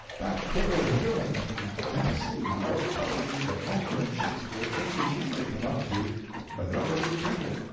that tailor billings, from tennessee, wrote poetry that homer and shakespeare couldn't begin to come up to but nobody would print it,